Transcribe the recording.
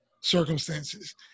circumstances